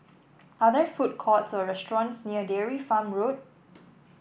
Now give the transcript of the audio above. are there food courts or restaurants near Dairy Farm Road